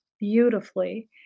beautifully